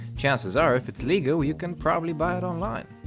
chances are if it's legal, you can probably buy it online.